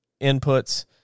inputs